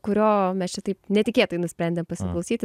kurio mes čia taip netikėtai nusprendėm pasiklausyti